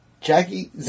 Jackie